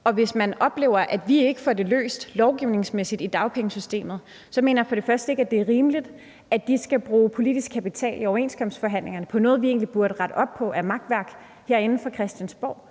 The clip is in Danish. Og hvis man oplever, at vi ikke får det løst lovgivningsmæssigt i dagpengesystemet, mener jeg for det første ikke, at det er rimeligt, at de skal bruge politisk kapital i overenskomstforhandlingerne på noget makværk, vi egentlig burde rette op på herinde fra Christiansborg,